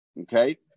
okay